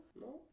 No